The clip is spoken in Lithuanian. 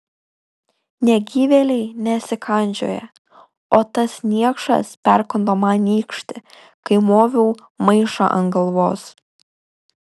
negyvėliai nesikandžioja o tas niekšas perkando man nykštį kai moviau maišą ant galvos